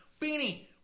Beanie